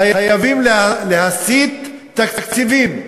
חייבים להסיט תקציבים,